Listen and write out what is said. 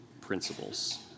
principles